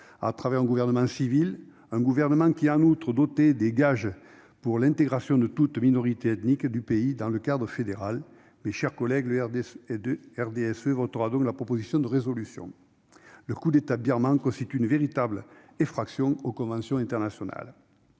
grâce à un gouvernement civil qui, en outre, a donné des gages d'intégration de toutes les minorités ethniques du pays dans un cadre fédéral. Mes chers collègues, le RDSE votera donc la proposition de résolution. Le coup d'État birman constitue une véritable infraction aux conventions internationales.